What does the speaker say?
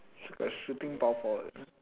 like shooting power forward ah